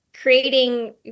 creating